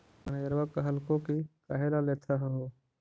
मैनेजरवा कहलको कि काहेला लेथ हहो?